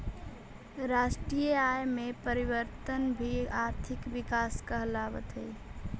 राष्ट्रीय आय में परिवर्तन भी आर्थिक विकास कहलावऽ हइ